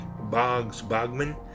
Boggs-Bogman